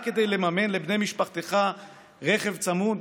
רק כדי לממן לבני משפחתך רכב צמוד?